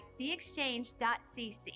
theexchange.cc